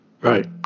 Right